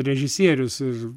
režisierius ir